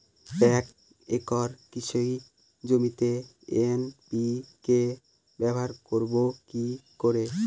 এক একর কৃষি জমিতে এন.পি.কে ব্যবহার করব কি করে?